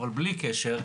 אבל בלי קשר,